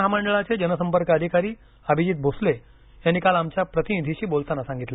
महामंडळाचे जनसंपर्क अधिकारी अभिजित भोसले यांनी काल आमच्या प्रतिनिधीशी बोलताना सांगितलं